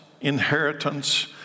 inheritance